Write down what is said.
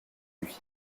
lui